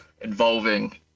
involving